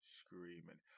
screaming